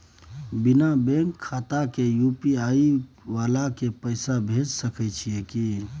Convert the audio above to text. बिना बैंक खाता के यु.पी.आई वाला के पैसा भेज सकै छिए की?